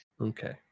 Okay